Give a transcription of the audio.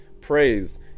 Praise